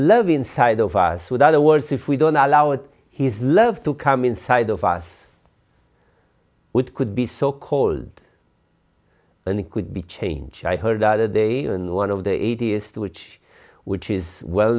love inside of us with other words if we don't allow it his love to come inside of us with could be so cold and it could be change i heard other day and one of the atheist which which is well